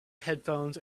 headphones